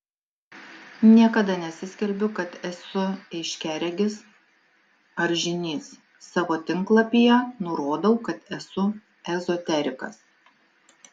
niekada nesiskelbiu kad esu aiškiaregis ar žynys savo tinklalapyje nurodau kad esu ezoterikas